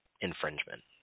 infringement